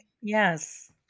Yes